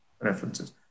references